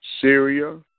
Syria